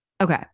Okay